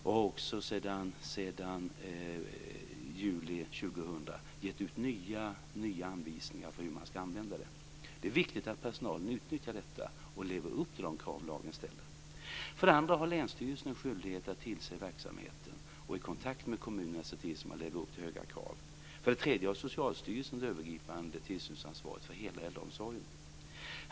Sedan juli 2000 har man också gett ut nya anvisningar. Det är viktigt att personalen utnyttjar dessa och lever upp till de krav som lagen ställer. För det andra har länsstyrelsens skyldighet att tillse verksamheten och vid kontakter med kommunen se till att man lever upp till höga krav. För det tredje har Socialstyrelsen det övergripande tillsynsansvaret för hela äldreomsorgen.